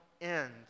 end